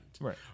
Right